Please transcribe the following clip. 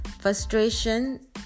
Frustration